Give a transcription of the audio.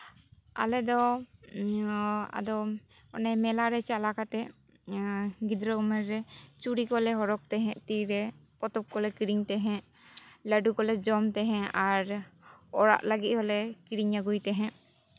ᱟᱞᱮ ᱫᱚ ᱟᱫᱚ ᱚᱱᱮ ᱢᱮᱞᱟᱨᱮ ᱪᱟᱞᱟ ᱠᱟᱛᱮᱫ ᱜᱤᱫᱽᱨᱟᱹ ᱩᱢᱮᱨ ᱨᱮ ᱪᱩᱲᱤ ᱠᱚᱞᱮ ᱦᱚᱨᱚᱜ ᱛᱟᱦᱮᱸᱜ ᱛᱤ ᱨᱮ ᱯᱚᱛᱚᱵ ᱠᱚᱞᱮ ᱠᱤᱨᱤᱧ ᱛᱟᱦᱮᱸᱫ ᱞᱟᱹᱰᱩ ᱠᱚᱞᱮ ᱡᱚᱢ ᱛᱟᱦᱮᱸᱫ ᱟᱨ ᱚᱲᱟᱜ ᱞᱟᱹᱜᱤᱫ ᱦᱚᱸᱞᱮ ᱠᱤᱨᱤᱧ ᱟᱹᱜᱩᱭ ᱛᱟᱦᱮᱸᱫ